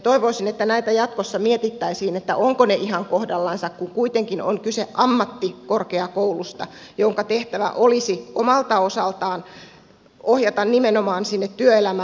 toivoisin että näitä jatkossa mietittäisiin ovatko ne ihan kohdallansa kun kuitenkin on kyse ammattikorkeakoulusta jonka tehtävä olisi omalta osaltaan ohjata nimenomaan sinne työelämään